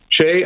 Jay